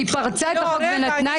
היא פרצה את החוק ונתנה את האישור.